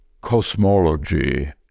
cosmology